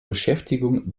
beschäftigung